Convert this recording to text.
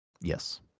Yes